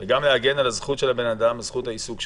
וגם להגן על הזכות של האדם להתפרנס.